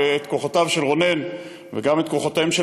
ואת כוחותיו של רונן וגם את כוחותיהם של